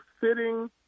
sitting